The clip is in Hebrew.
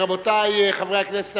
רבותי חברי הכנסת,